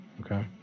Okay